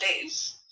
days